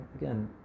again